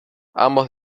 ambos